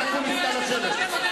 נא לשבת.